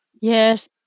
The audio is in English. Yes